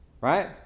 right